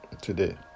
today